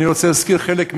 אני רוצה להזכיר חלק מהם.